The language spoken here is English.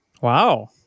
Wow